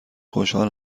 خوشحال